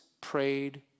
prayed